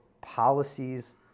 policies